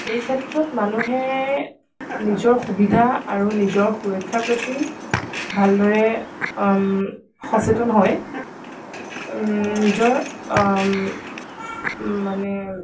এই ক্ষেত্ৰত মানুহে নিজৰ সুবিধা আৰু নিজৰ সুৰক্ষাৰ প্ৰতি ভালদৰে সচেতন হয় নিজৰ মানে